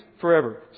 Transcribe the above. forever